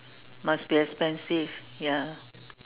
must be expensive ya